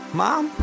mom